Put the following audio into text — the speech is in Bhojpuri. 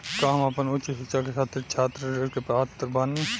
का हम आपन उच्च शिक्षा के खातिर छात्र ऋण के पात्र बानी?